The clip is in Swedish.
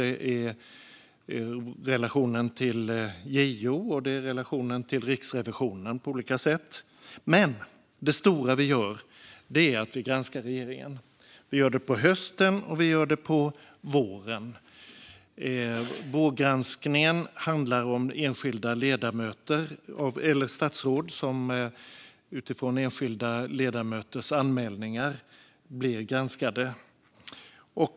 Det handlar om relationen till JO och Riksrevisionen på olika sätt. Men det stora vi gör är att vi granskar regeringen. Vi gör det på hösten och vi gör det på våren. Vårgranskningen handlar om enskilda statsråd som utifrån enskilda ledamöters anmälningar blir granskade.